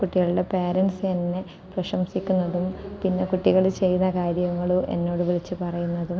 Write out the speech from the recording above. കുട്ടികളുടെ പാരന്റ്സ് എന്നെ പ്രശംസിക്കുന്നതും പിന്നെ കുട്ടികൾ ചെയ്ത കാര്യങ്ങൾ എന്നോട് വിളിച്ചു പറയുന്നതും